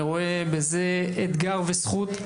אני רואה בזה אתגר וזכות.